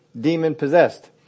demon-possessed